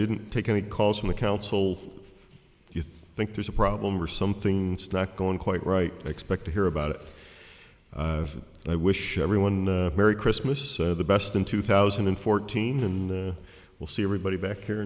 didn't take any calls from the council you think there's a problem or something stuck going quite right i expect to hear about it and i wish everyone a merry christmas so the best in two thousand and fourteen and we'll see everybody back here